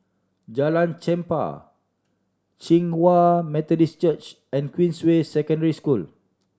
Jalan Chempah Hinghwa Methodist Church and Queensway Secondary School